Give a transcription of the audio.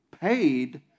paid